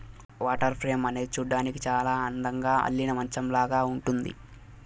water frame అనేది చూడ్డానికి చానా అందంగా అల్లిన మంచాలాగా ఉంటుంది